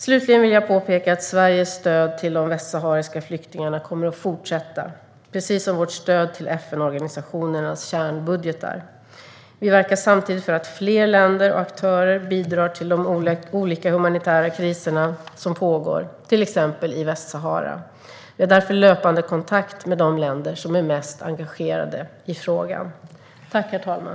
Slutligen vill jag påpeka att Sveriges stöd till de västsahariska flyktingarna kommer att fortsätta, precis som vårt stöd till FN-organisationernas kärnbudgetar. Vi verkar samtidigt för att fler länder och aktörer ska bidra till de olika humanitära kriser som pågår, till exempel i Västsahara. Vi har därför löpande kontakt med de länder som är mest engagerade i frågan.